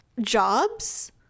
jobs